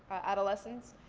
adolescence.